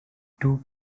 two